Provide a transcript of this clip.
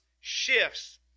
shifts